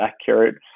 accurate